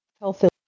health